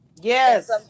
yes